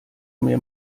mir